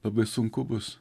labai sunku bus